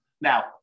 Now